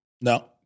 No